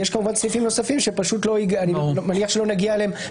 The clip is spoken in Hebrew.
יש כמובן סעיפים נוספים שאני מניח שלא נגיע אליהם,